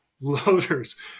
loaders